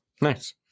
Nice